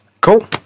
cool